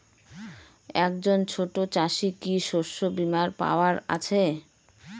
একজন ছোট চাষি কি শস্যবিমার পাওয়ার আছে?